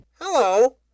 Hello